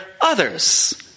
others